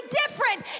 different